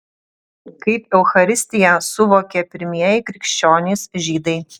kaip eucharistiją suvokė pirmieji krikščionys žydai